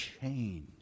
change